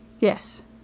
Yes